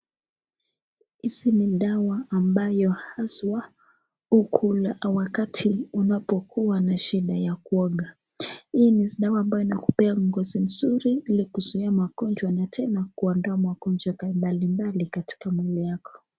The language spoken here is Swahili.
Hizi ni dawa ambayo haswa, hukunywa wakati unapokua na shida ya kuoga. Hii ni dawa ambayo inakupea ngozi nzuri ili kuzuia magonjwa na tena kuondoa magonjwa ya mbali mbali katika mwili yako.